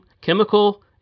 chemical